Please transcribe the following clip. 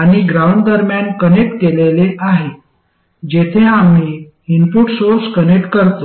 आणि ग्राउंड दरम्यान कनेक्ट केलेले आहे जेथे आम्ही इनपुट सोर्स कनेक्ट करतो